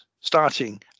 starting